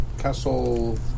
Castle